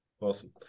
Awesome